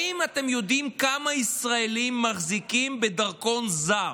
האם אתם יודעים כמה ישראלים מחזיקים בדרכון זר?